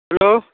hello